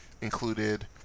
included